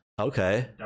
Okay